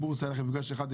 עם הבורסה היה לכם מפגש אחד,